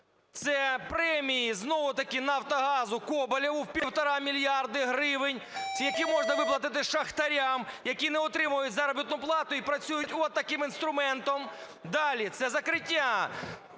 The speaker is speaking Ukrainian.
це премії знову-таки "Нафтогазу", Коболєву, в 1,5 мільярди гривень, які можна виплатити шахтарям, які не отримують заробітну плату і працюють отаким інструментом. Далі. Це закриття